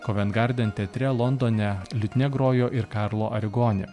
kovent guarden teatre londone liutnia grojo ir karlo arigoni